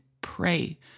Pray